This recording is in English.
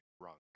drunk